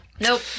Nope